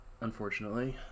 Unfortunately